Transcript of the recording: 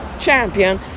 champion